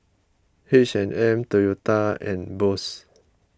H and M Toyota and Bose